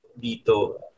dito